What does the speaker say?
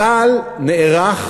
צה"ל נערך